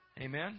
Amen